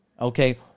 Okay